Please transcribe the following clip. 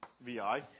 Vi